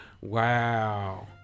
wow